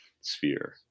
sphere